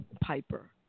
Piper